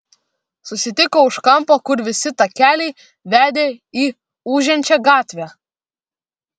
susitiko už kampo kur visi takeliai vedė į ūžiančią gatvę